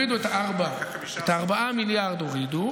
צריך לזכור שאין הרבה רופאים משפטיים פתולוגיים במדינת ישראל,